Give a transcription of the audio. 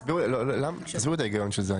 תסבירו לי את ההיגיון של זה.